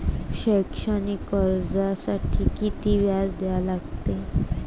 शैक्षणिक कर्जासाठी किती व्याज द्या लागते?